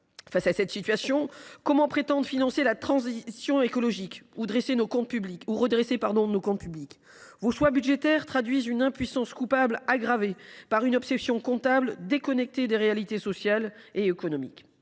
Face à une telle situation, comment prétendre financer la transition écologique ou redresser nos comptes publics ? Vos choix budgétaires traduisent une impuissance coupable, aggravée par une obsession comptable déconnectée des réalités sociales et économiques.